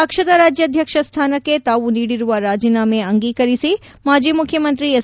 ಪಕ್ಷದ ರಾಜ್ಯಾಧ್ಯಕ್ಷ ಸ್ವಾನಕ್ಕೆ ತಾವು ನೀಡಿರುವ ರಾಜೀನಾಮೆ ಅಂಗೀಕರಿಸಿ ಮಾಜಿ ಮುಖ್ಯಮಂತ್ರಿ ಎಸ್